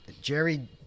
Jerry